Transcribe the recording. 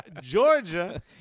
Georgia